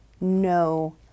no